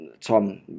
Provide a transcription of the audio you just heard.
Tom